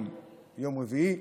יום רביעי,